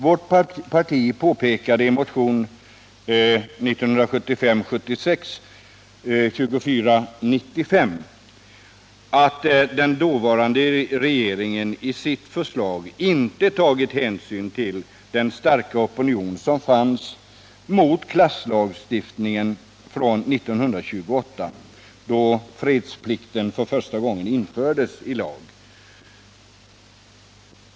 Vårt parti påpekade i motionen 1975/76:2495 att den dåvarande regeringen i sitt förslag inte hade tagit hänsyn till den starka opinion som fanns mot klasslagstiftningen från 1928, då fredsplikten för första gången infördes i lag.